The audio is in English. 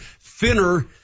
thinner